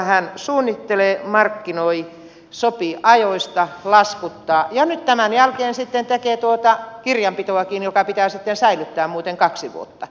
hän suunnittelee markkinoi sopii ajoista laskuttaa ja nyt tämän jälkeen sitten tekee tuota kirjanpitoakin joka pitää muuten sitten säilyttää kaksi vuotta